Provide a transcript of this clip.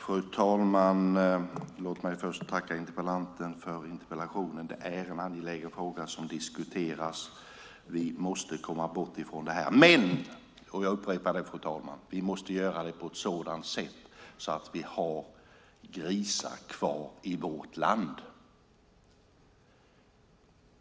Fru talman! Låt mig först tacka interpellanten för interpellationen. Det är en angelägen fråga som diskuteras. Vi måste komma bort från det här. Men - jag upprepar det, fru talman - vi måste göra det på ett sådant sätt att vi har grisar kvar i vårt land.